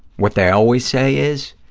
what they always say is,